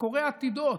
וקורא עתידות,